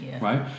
right